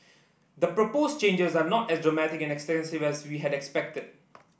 the proposed changes are not as dramatic and extensive as we had expected